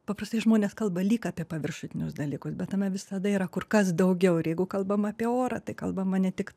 paprastai žmonės kalba lyg apie paviršutinius dalykus bet tame visada yra kur kas daugiau ir jeigu kalbam apie orą tai kalbama ne tik